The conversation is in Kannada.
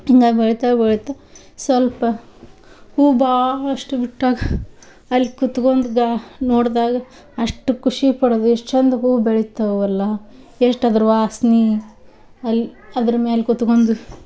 ಹಿಂಗೆ ಬೆಳಿತಾ ಬೆಳಿತಾ ಸ್ವಲ್ಪ ಹೂ ಭಾಳಷ್ಟು ಬಿಟ್ಟಾಗ ಅಲ್ಲಿ ಕುತ್ಕೊಂಡು ಗಾ ನೋಡಿದಾಗ ಅಷ್ಟು ಖುಷಿ ಪಡೋದು ಎಷ್ಟು ಚಂದ ಹೂ ಬೆಳಿತಾವಲ್ಲ ಎಷ್ಟು ಅದರ ವಾಸ್ನಿ ಅಲ್ಲಿ ಅದರ ಮ್ಯಾಲ ಕುತ್ಕೊಂಡು